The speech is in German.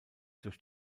durch